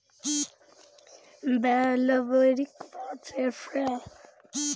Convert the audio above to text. Bambusa vulgaris बाँस के प्रजाति हइ